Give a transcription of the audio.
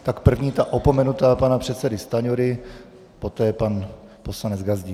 Tak první, ta opomenutá, pana předsedy Stanjury, poté pan poslanec Gazdík.